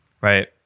right